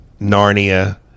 Narnia